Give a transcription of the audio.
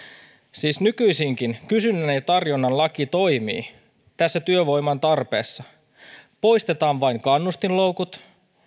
siis nykyisinkin kysynnän ja tarjonnan laki toimii tässä työvoiman tarpeessa poistetaan vain kannustinloukut